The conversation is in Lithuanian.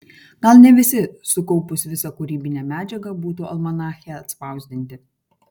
gal ne visi sukaupus visą kūrybinę medžiagą būtų almanache atspausdinti